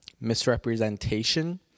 misrepresentation